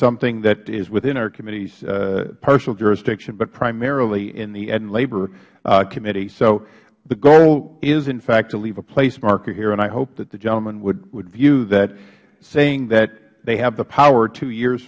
something that is within our committees partial jurisdiction but primarily in the ed and labor committee so the goal is in fact to leave a place marker here and i hope that the gentleman would view that saying that they have the power two years